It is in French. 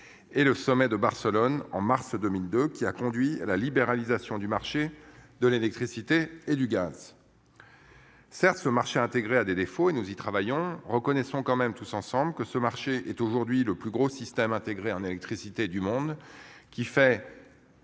Et le sommet de Barcelone en mars 2002 qui a conduit à la libéralisation du marché de l'électricité et du gaz. Certes ce marché intégré à des défauts et nous y travaillons. Reconnaissons quand même tous ensemble que ce marché est aujourd'hui le plus gros systèmes intégrés en électricité du monde qui fait.